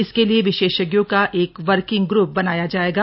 इसके लिए विशेषज्ञों का एक वर्किंग ग्र्प बनाया जाएगा